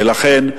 ולכן,